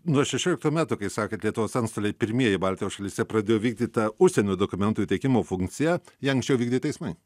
nuo šešioliktų metų kaip sakot lietuvos antstoliai pirmieji baltijos šalyse pradėjo vykdyt tą užsienio dokumentų įteikimo funkciją ją anksčiau vykdė teismai